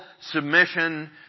submission